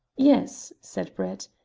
yes, said brett,